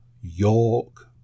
York